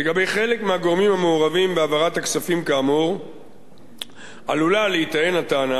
לגבי חלק מהגורמים המעורבים בהעברת הכספים כאמור עלולה להיטען הטענה